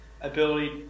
ability